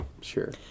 Sure